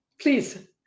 Please